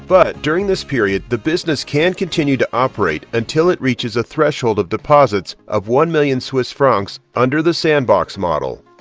but during this period the business can continue to operate until it reaches a threshold of deposits of one million swiss francs under the sandbox model.